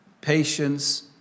patience